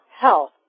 health